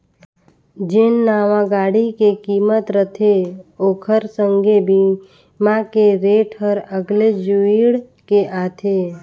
जेन नावां गाड़ी के किमत रथे ओखर संघे बीमा के रेट हर अगले जुइड़ के आथे